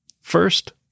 First